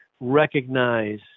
recognize